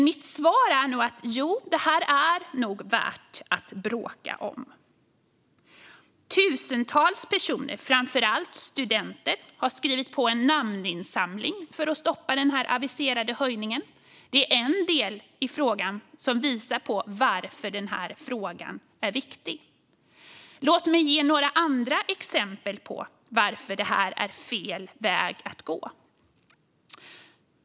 Mitt svar är att detta nog är värt att bråka om. Tusentals personer, framför allt studenter, har skrivit på en namninsamling för att stoppa den aviserade höjningen. Det är en del i frågan som visar varför den är viktig. Låt mig ge några andra exempel på varför detta är fel väg att gå.